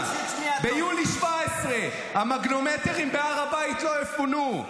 ביולי 2017 המגנומטרים בהר הבית לא יפונו,